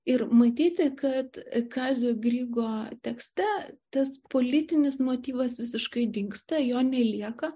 ir matyti kad kazio grigo tekste tas politinis motyvas visiškai dingsta jo nelieka